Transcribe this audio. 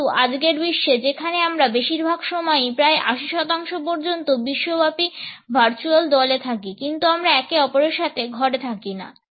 কিন্তু আজকের বিশ্বে যেখানে আমরা বেশিরভাগ সময়ই প্রায় 80 শতাংশ পর্যন্ত বিশ্বব্যাপী ভার্চুয়াল দলে থাকি কিন্তুু আমরা একে অপরের সাথে ঘরে থাকিনা